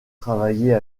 travailler